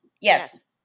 Yes